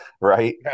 right